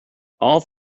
all